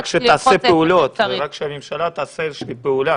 רק שיעשו פעולות,